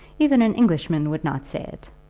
even an englishman would not say it.